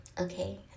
okay